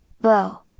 bow